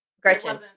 Gretchen